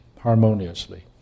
harmoniously